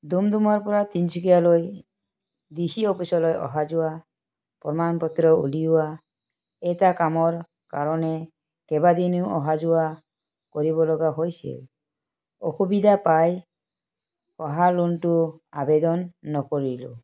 ডুমডুমাৰ পৰা তিনিচুকীয়ালৈ ডি চি অফিচলৈ অহা যোৱা প্ৰমাণপত্ৰ উলিওৱা এটা কামৰ কাৰণে কেইবাদিনো অহা যোৱা কৰিব লগা হৈছিল অসুবিধা পাই পঢ়া লোণটো আৱেদন নকৰিলোঁ